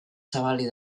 zabalik